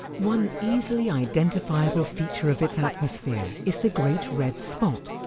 one easily identifiable feature of its atmosphere is the great red spot,